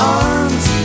arms